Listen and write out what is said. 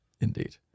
indeed